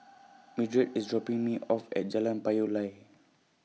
Mildred IS dropping Me off At Jalan Payoh Lai